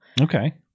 Okay